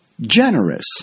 generous